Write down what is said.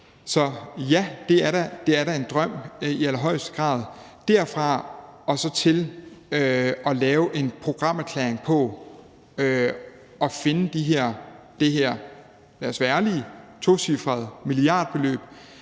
Så, ja, det er da en drøm i allerhøjeste grad. Derfra og så til at lave en programerklæring om at finde det her tocifrede milliardbeløb